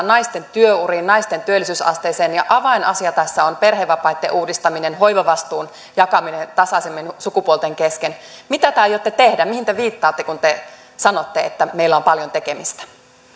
naisten työuriin naisten työllisyysasteeseen ja avainasia tässä on perhevapaitten uudistaminen hoivavastuun jakaminen tasaisemmin sukupuolten kesken mitä te aiotte tehdä mihin te viittaatte kun te sanotte että meillä on paljon tekemistä